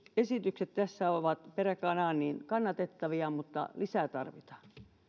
esitykset tässä peräkanaa ovat kannatettavia mutta lisää tarvitaan